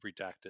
redacted